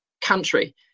country